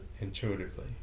intuitively